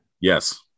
Yes